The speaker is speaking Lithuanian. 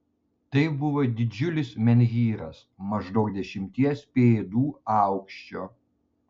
tai buvo didžiulis menhyras maždaug dešimties pėdų aukščio